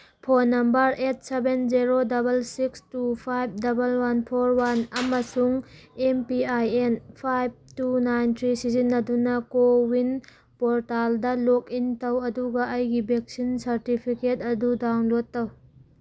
phone number eight seven zero double six two five double one four one ꯑꯃꯁꯨꯡ M P I N five two nine three ꯁꯤꯖꯤꯟꯅꯗꯨꯅ CoWIN ꯄꯣꯔꯇꯥꯜꯗ login ꯇꯧ ꯑꯗꯨꯒ ꯑꯩꯒꯤ vaccine certificate ꯑꯗꯨ download ꯇꯧ